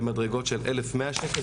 במדרגות של 1100 ₪,